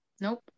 Nope